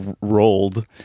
rolled